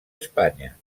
espanya